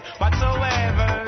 whatsoever